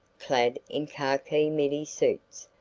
clad in khaki middy suits,